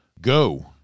go